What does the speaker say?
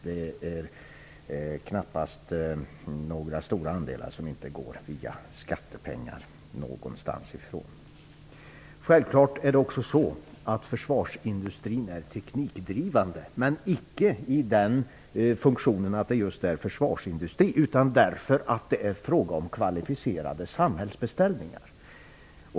Det är inte några stora andelar som inte betalas via skattepengar någonstans ifrån. Självklart är det också så att försvarsindustrin är teknikdrivande. Men det är den icke i funktionen av just försvarsindustri, utan därför att det är fråga om kvalificerade samhällsbeställningar.